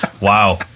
Wow